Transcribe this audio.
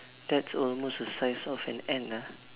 that's almost the size of an ant ah